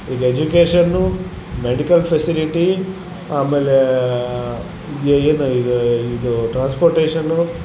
ಈಗ education medical facility ಆಮೇಲೇ ಏನು ಈಗ ಇದು ಟ್ರಾನ್ಸ್ಪೋಟೇಶನ್ನು